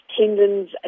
tendons